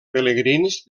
pelegrins